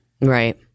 Right